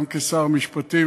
גם כשר משפטים,